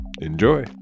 enjoy